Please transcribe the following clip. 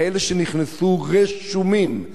כאלה שנכנסו רשומים,